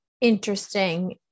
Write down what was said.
interesting